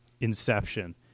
Inception